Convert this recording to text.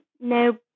no